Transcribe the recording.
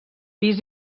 pis